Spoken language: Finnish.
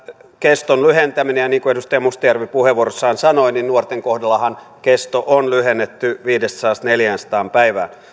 keston lyhentäminen ja niin kuin edustaja mustajärvi puheenvuorossaan sanoi nuorten kohdallahan kesto on lyhennetty viidestäsadasta neljäänsataan päivään